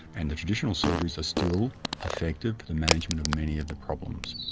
and the traditional surgeries are still effective for the management of many of the problems,